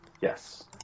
Yes